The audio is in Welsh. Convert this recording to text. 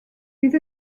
fydd